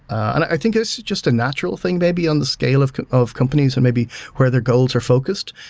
i think it's just a natural thing maybe on the scale of of companies and maybe where their goals are focused.